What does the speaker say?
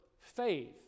faith